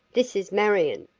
this is marion.